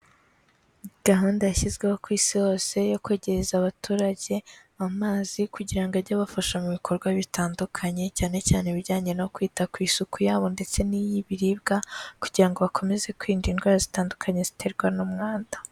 Gahunda yashyizweho ku Isi hose yo kwegereza abaturage amazi kugira ngo ajye abafasha mu bikorwa bitandukanye, cyane cyane ibijyanye no kwita ku isuku yabo ndetse n'iy'ibiribwa kugira ngo bakomeze kwirinda indwara zitandukanye ziterwa n'umwanda.